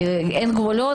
אין גבולות,